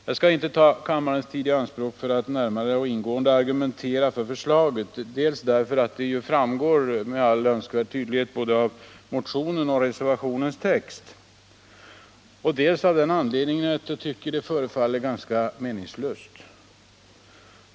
Jag skall inte ta kammarens tid i anspråk för att mera ingående argumentera för vårt förslag, dels därför att det med önskvärd tydlighet framgår av såväl motionens som reservationens skrivning, dels därför att en argumentation förefaller tämligen meningslös.